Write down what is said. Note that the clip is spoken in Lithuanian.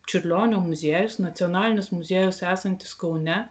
čiurlionio muziejus nacionalinis muziejus esantis kaune